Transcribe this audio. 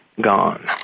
gone